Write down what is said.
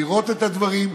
לראות את הדברים,